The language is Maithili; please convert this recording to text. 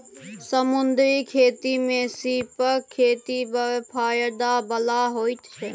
समुद्री खेती मे सीपक खेती बड़ फाएदा बला होइ छै